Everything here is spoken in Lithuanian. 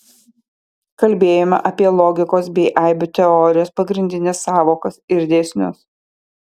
kalbėjome apie logikos bei aibių teorijos pagrindines sąvokas ir dėsnius